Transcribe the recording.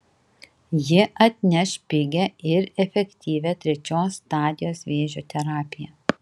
ji atneš pigią ir efektyvią trečios stadijos vėžio terapiją